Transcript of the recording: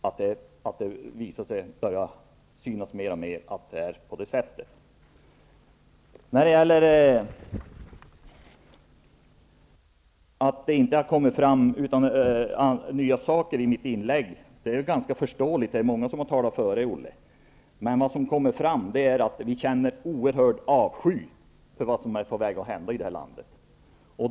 Olle Lindström sade att det inte kom fram något nytt i mitt inlägg. Det är ganska förståeligt. Det är många som har talat före mig. Det som kommer fram är att vi känner en oerhörd avsky för vad som är på väg att hända här i landet.